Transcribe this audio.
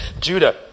Judah